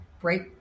break